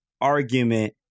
argument